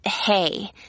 hey